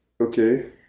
Okay